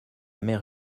mère